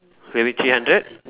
maybe three hundred